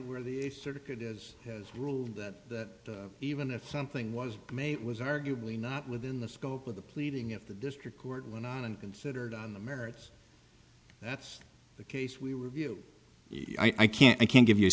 where the circuit is his rule that even if something was made it was arguably not within the scope of the pleading at the district court went on and considered on the merits that's the case we review i can't i can't give you